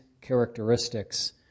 characteristics